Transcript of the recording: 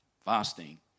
fasting